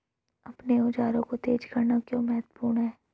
अपने औजारों को तेज करना क्यों महत्वपूर्ण है?